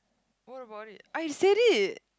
what about it I said it